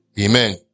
Amen